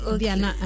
Okay